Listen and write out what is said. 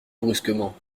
brusquement